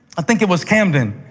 i think it was camden.